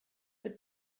but